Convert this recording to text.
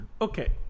Okay